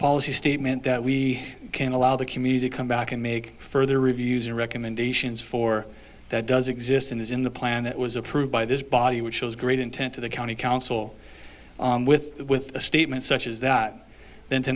policy statement that we can allow the community come back and make further reviews and recommendations for that does exist and is in the plan that was approved by this body which shows great intent to the county council with with a statement such as that then to